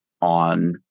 on